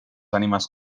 ànimes